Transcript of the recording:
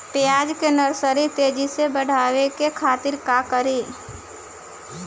प्याज के नर्सरी तेजी से बढ़ावे के खातिर का करी?